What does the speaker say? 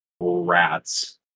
rats